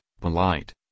polite